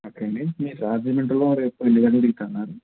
okay అండి మీరు రాజమండ్రిలో రేపు ఎన్ని గంటలకు దిగుతాను అన్నారు